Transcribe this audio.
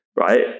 right